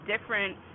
different